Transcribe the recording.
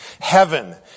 Heaven